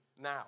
now